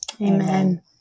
amen